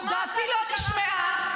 דעתי לא נשמעה.